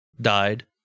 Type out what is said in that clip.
died